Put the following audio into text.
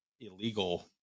illegal